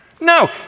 No